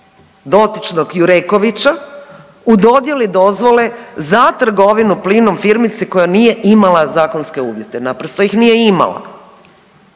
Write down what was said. dotičnog Jurekovića u dodjeli dozvole za trgovinu plinom firmici koja nije imala zakonske uvjete, naprosto ih nije imala